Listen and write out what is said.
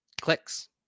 clicks